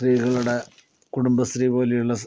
സ്ത്രീകളുടെ കുടുംബശ്രീ പോലെയുള്ള